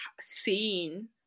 seen